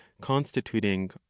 constituting